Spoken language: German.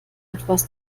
etwas